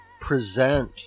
present